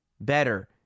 better